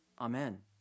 Amen